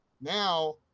Now